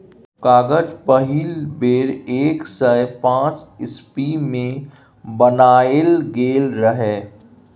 कागज पहिल बेर एक सय पांच इस्बी मे बनाएल गेल रहय